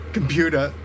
Computer